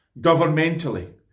governmentally